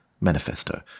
Manifesto